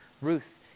Ruth